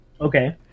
Okay